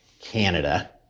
Canada